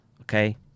okay